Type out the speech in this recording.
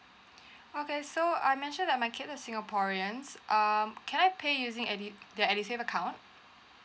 okay so I mention that my kid is singaporeans um can I pay using edu~ the edusave account